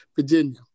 Virginia